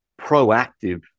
proactive